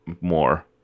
more